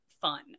fun